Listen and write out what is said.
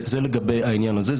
זה לגבי העניין הזה.